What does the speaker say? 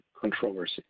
controversy